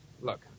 Look